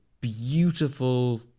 beautiful